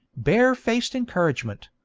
bare-faced encouragement